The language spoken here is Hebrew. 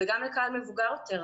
וגם לקהל מבוגר יותר.